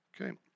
Okay